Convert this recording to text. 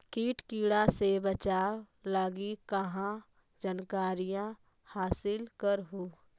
किट किड़ा से बचाब लगी कहा जानकारीया हासिल कर हू?